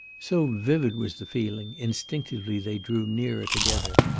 so vivid was the feeling, instinctively they drew nearer together.